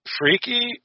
freaky